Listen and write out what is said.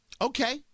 Okay